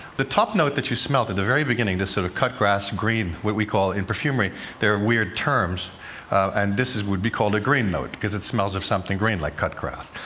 the top note that you smelled at the very beginning, the sort of cut-grass green, what we call in perfumery they're weird terms and this would be called a green note, because it smells of something green, like cut grass.